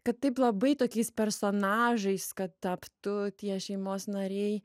kad taip labai tokiais personažais kad taptų tie šeimos nariai